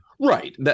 Right